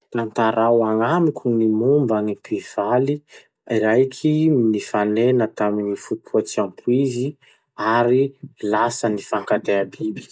Tantarao agnamiko gny momba gny mpivaly raiky nifanena tamy gny fotoa tsy ampoizy ary lasa nifankatea bibiky.